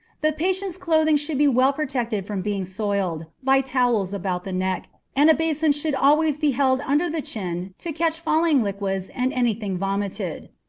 the patient's clothing should be well protected from being soiled, by towels about the neck, and a basin should always be held under the chin to catch falling liquids and any thing vomited.